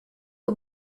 aux